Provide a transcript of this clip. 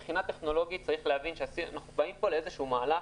צריך להבין שמבחינה טכנולוגית אנחנו הולכים פה לאיזשהו מהלך